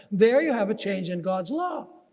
there you have a change in god's law.